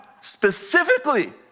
specifically